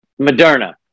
Moderna